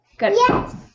Yes